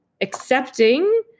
accepting